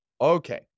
Okay